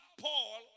Paul